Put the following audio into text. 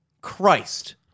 Christ